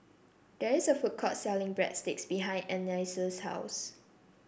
there is a food court selling Breadsticks behind Anais' house